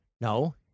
No